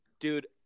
Dude